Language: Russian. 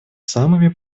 самыми